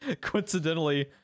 coincidentally